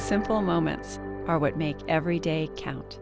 simple moments are what make every day count